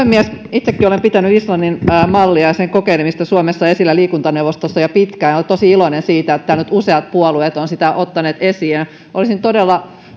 itsekin olen pitänyt islannin mallia ja sen kokeilemista suomessa esillä liikuntaneuvostossa jo pitkään olen tosi iloinen siitä että täällä nyt useat puolueet ovat sitä ottaneet esiin olisin todella